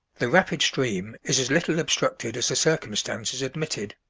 the rapid stream is as little obstructed as the circumstances admitted,